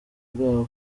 bwawe